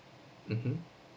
mmhmm